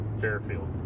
Fairfield